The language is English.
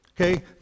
okay